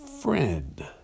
friend